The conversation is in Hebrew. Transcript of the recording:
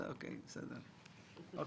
אם